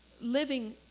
living